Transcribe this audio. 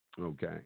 Okay